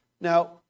Now